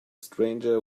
stranger